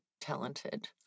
talented